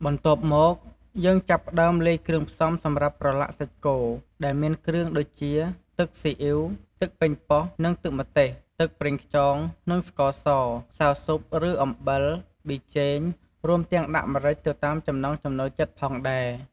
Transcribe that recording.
បន្ទាប់មក យើងចាប់ផ្តើមលាយគ្រឿងផ្សំសម្រាប់ប្រឡាក់សាច់គោ ដែលមានគ្រឿងដូចជា ទឹកស៊ីអ៉ីវ ទឹកប៉េងប៉ោះនិងទឹកម្ទេស ទឹកប្រេងខ្យងនិងស្ករស ម្សៅស៊ុបឬអំបិល ប៊ីចេង រួមទាំងដាក់ម្រេចទៅតាមចំណង់ចំណូលចិត្តផងដែរ។